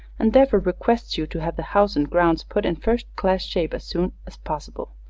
and therefore requests you to have the house and grounds put in first-class shape as soon as possible,